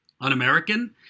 Un-American